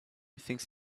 thinks